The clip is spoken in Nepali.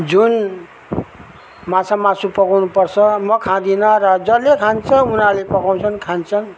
जुन माछा मासु पकाउनु पर्छ म खाँदिन र जसले खान्छ र उनीहरूले पकाउँछन् खान्छन्